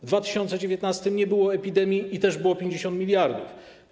W 2019 r. nie było epidemii i też było 50 mld.